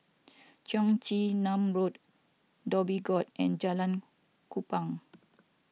Cheong Chin Nam Road Dhoby Ghaut and Jalan Kupang